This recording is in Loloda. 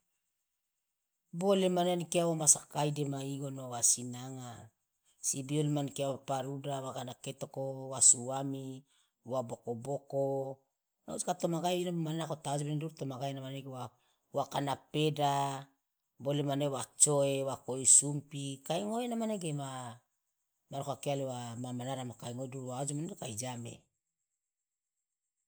bole mane ani kia womasakai dema igono wasi nanga sibi oli man kia wa paruda wakana ketoko wa suami wa boko boko ngoji katomagae inomo mane nako ta ojomo duru tomagae ena manege wa wakana peda bole mane wa coe wa koi sumpit kai ngoe ena manege ma maruka kiali wa mamanarama kai ngoe duru wa ojomo nege kai jame.